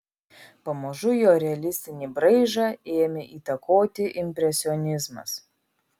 pamažu jo realistinį braižą ėmė įtakoti impresionizmas